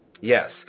yes